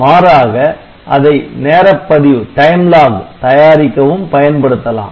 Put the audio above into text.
மாறாக அதை நேரப்பதிவு தயாரிக்கவும் பயன் படுத்தலாம்